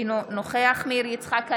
אינו נוכח מאיר יצחק הלוי,